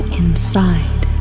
inside